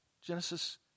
Genesis